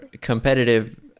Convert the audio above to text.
competitive